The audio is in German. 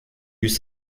vus